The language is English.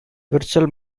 virtual